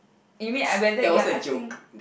you mean I whether you're asking